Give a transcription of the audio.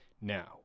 Now